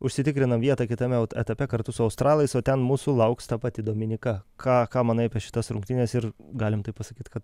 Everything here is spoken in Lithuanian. užsitikrinam vietą kitame etape kartu su australais o ten mūsų lauks ta pati dominika ką ką manai apie šitas rungtynes ir galim taip pasakyt kad